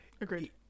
Agreed